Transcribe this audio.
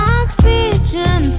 oxygen